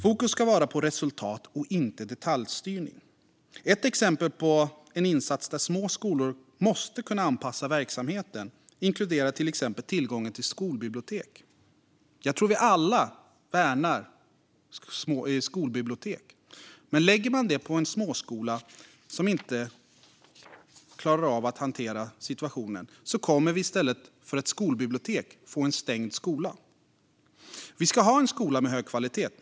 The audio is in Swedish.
Fokus ska vara på resultat och inte detaljstyrning. Ett exempel på en insats där små skolor måste kunna anpassa verksamheten inkluderar till exempel tillgången till skolbibliotek. Jag tror att vi alla värnar skolbibliotek. Men lägger man det kravet på en småskola som inte klarar av att hantera situationen kommer vi i stället för ett skolbibliotek att få en stängd skola. Vi ska ha en skola med hög kvalitet.